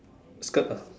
skirt ah